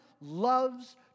loves